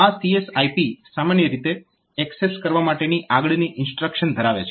તો આ CSIP સામાન્ય રીતે એક્સેસ કરવા માટેની આગળની ઇન્સ્ટ્રક્શન ધરાવે છે